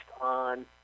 on